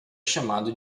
chamado